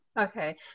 Okay